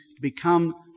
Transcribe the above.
become